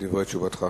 דברי תשובתך.